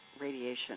radiation